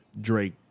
Drake